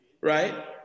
right